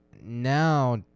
Now